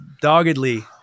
doggedly